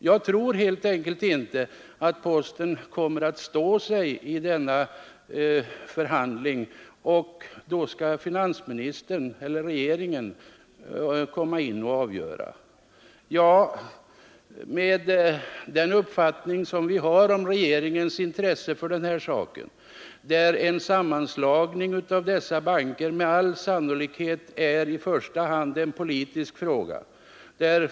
Jag tror helt enkelt inte att posten kommer att klara sig i denna förhandling. I så fall skall regeringen eller finansministern träda in och avgöra frågan. Den erfarenhet vi har av regeringens inställning säger oss emellertid att sammanslagningen av de två bankerna med all sannolikhet i första hand är en politisk fråga.